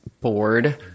bored